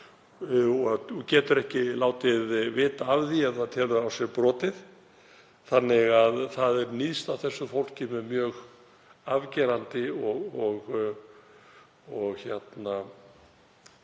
Það getur ekki látið vita af því ef það telur á sér brotið, þannig að það er níðst á þessu fólki með mjög afgerandi og mjög